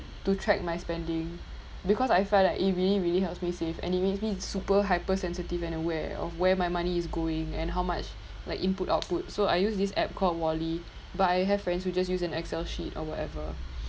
to track my spending because I felt like it really really helps me save and it makes me super hypersensitive and aware of where my money is going and how much like input output so I use this app called wally but I have friends who just use an excel sheet or whatever